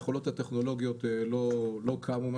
היכולות הטכנולוגיות לא קמו.